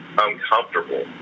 uncomfortable